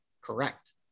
Correct